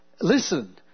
Listen